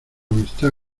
amistad